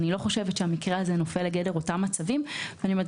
ואני לא חושבת שהמקרה הזה נופל לגדר אותם מצבים.